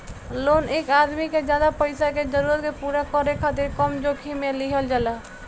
loan एक आदमी के ज्यादा पईसा के जरूरत के पूरा करे खातिर कम जोखिम में लिहल जाला